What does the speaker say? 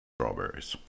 strawberries